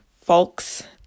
folks